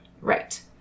Right